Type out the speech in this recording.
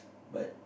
but